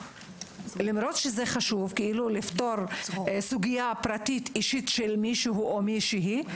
למרות שזה חשוב לפתור סוגיה אישית ופרטית של מישהו או מישהי,